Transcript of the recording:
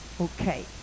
Okay